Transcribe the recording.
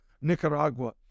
Nicaragua